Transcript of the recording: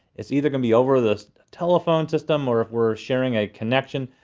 it's either gonna be over the telephone system. or if we're sharing a connection,